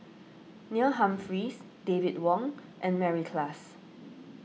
Neil Humphreys David Wong and Mary Klass